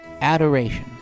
adoration